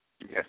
Yes